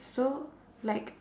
so like